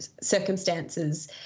circumstances